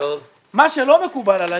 מה שלא מקובל עלי